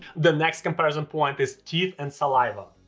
the next comparison point is teeth and saliva.